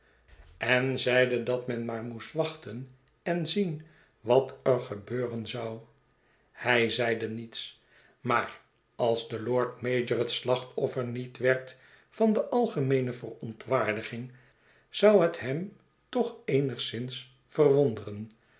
en zeide dat men maar moest wachten en zien wat er gebeuren zou hij zeide niets maar als de lord-mayor het slachtofter niet werd van de algemeene verontwaardiging zou het hem toch eenigszins verwonderen